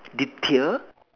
detail